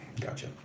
Gotcha